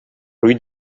rue